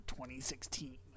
2016